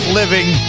living